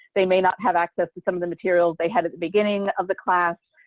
they may not have access to some of the materials they had at the beginning of the class.